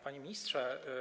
Panie Ministrze!